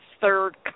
third